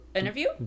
interview